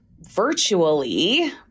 virtually